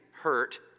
hurt